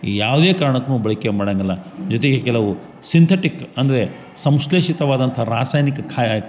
ಯಾವುದೇ ಕಾರಣಕ್ಕೂನು ಬಳಕೆ ಮಾಡಂಗಿಲ್ಲ ಜೊತೆಗೆ ಕೆಲವು ಸಿಂತಟಿಕ್ ಅಂದರೆ ಸಂಶ್ಲೇಷಿತವಾದಂಥ ರಾಸಾಯನಿಕ ಕಾ